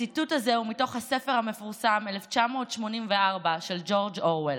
הציטוט הזה הוא מתוך הספר המפורסם 1984 של ג'ורג' אורוול.